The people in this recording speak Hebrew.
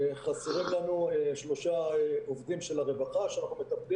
חסרים לנו שלושה עובדים של הרווחה - אנחנו מטפלים